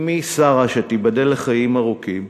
אמי שרה, שתיבדל לחיים ארוכים,